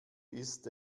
ist